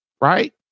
Right